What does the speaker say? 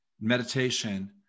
meditation